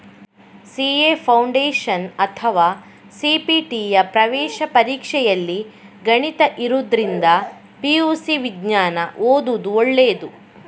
CA foundation ಅಥವಾ ಸಿ.ಪಿ.ಟಿಯ ಪ್ರವೇಶ ಪರೀಕ್ಷೆಯಲ್ಲಿ ಗಣಿತ ಇರುದ್ರಿಂದ ಪಿ.ಯು.ಸಿ ವಿಜ್ಞಾನ ಓದುದು ಒಳ್ಳೇದು